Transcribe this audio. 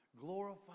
Glorify